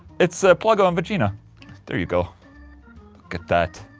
it's pluggo and vagina there you go look at that